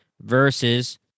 versus